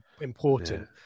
important